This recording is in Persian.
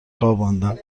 خواباندند